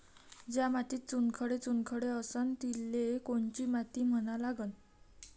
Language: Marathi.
ज्या मातीत चुनखडे चुनखडे असन तिले कोनची माती म्हना लागन?